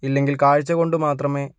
ഇല്ലെങ്കില് കാഴ്ചകൊണ്ട് മാത്രമേ